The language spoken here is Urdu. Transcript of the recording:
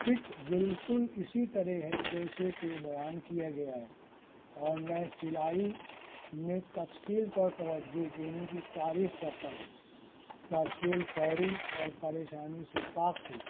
فٹ بالکل اسی طرح ہے جیسے کہ بیان کیا گیا ہے اور میں سلائی میں تفصیل پر توجہ دینے کی تعریف کرتا ہوں ترسیل فوری اور پریشانی سے پاک تھی